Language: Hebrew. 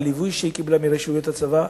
הליווי שהיא קיבלה מרשויות הצבא,